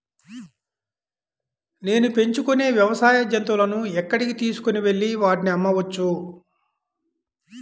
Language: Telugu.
నేను పెంచుకొనే వ్యవసాయ జంతువులను ఎక్కడికి తీసుకొనివెళ్ళి వాటిని అమ్మవచ్చు?